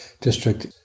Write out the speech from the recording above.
district